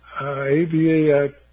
ABA